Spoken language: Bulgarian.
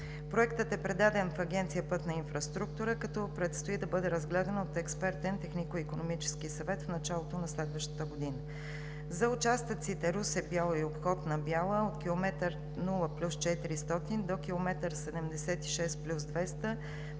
Проектът е предаден в Агенция „Пътна инфраструктура“, като предстои да бъде разгледан от Експертен технико-икономически съвет в началото на следващата година. За участъците Русе – Бяла и Обход на град Бяла, от км 0+400 до км 76+200